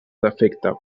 defecte